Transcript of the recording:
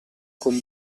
con